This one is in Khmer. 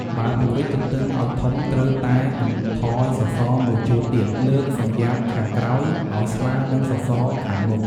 បើពង្រីកទទឹងឲ្យធំត្រូវតែបន្ថយសសរ១ជួរទៀត លើកសំយាបខាងក្រោយឲ្យស្មើនឹងសសរខាងមុខ។